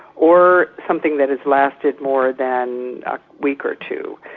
or something that has lasted more than a week or two,